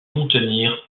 contenir